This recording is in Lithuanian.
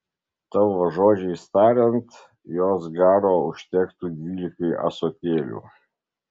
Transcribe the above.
tavo žodžiais tariant jos garo užtektų dvylikai ąsotėlių